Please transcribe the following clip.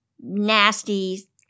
nasty